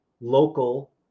local